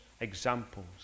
examples